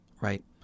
right